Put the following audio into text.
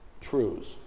truths